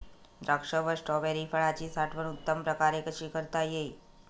द्राक्ष व स्ट्रॉबेरी फळाची साठवण उत्तम प्रकारे कशी करता येईल?